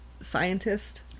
scientist